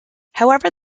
however